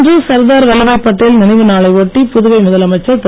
இன்று சர்தார் வல்லப்பாய் பட்டேல் நினைவு நாளை ஒட்டி புதுவை முதலமைச்சர் திரு